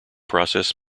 process